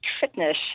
fitness